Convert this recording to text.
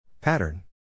Pattern